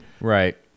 Right